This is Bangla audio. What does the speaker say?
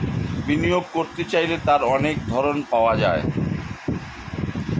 বিনিয়োগ করতে চাইলে তার অনেক ধরন পাওয়া যায়